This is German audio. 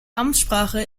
amtssprache